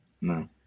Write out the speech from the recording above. no